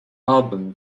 album